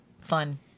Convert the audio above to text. fun